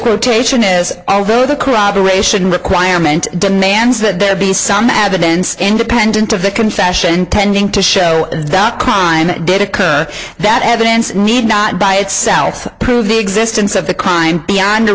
quotation is although the corroboration requirement demands that there be some advents independent of the confession tending to show that crime did occur that evidence need not by itself prove the existence of the crime beyond a